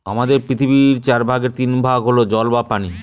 আমাদের পৃথিবীর চার ভাগের তিন ভাগ হল জল বা পানি